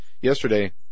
yesterday